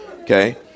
Okay